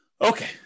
Okay